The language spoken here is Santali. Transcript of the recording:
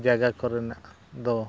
ᱡᱟᱭᱜᱟ ᱠᱚᱨᱮᱱᱟᱜ ᱫᱚ